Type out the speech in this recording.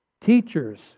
Teachers